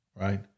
right